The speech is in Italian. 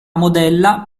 modella